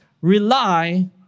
rely